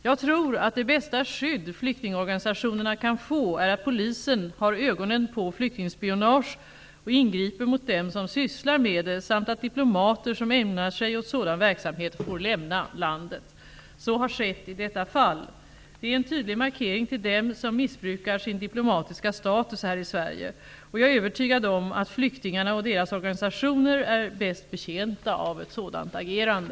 Jag tror att det bästa skydd flyktingorganisationerna kan få är att polisen har ögonen på flyktingspionage och ingriper mot dem som sysslar med det samt att diplomater som ägnar sig åt sådan verksamhet får lämna landet. Så har skett i detta fall. Det är en tydlig markering till dem som missbrukar sin diplomatiska status här i Sverige. Jag är övertygad om att flyktingarna och deras organisationer är bäst betjänta av ett sådant agerande.